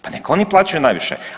Pa neka oni plaćaju najviše.